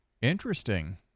Interesting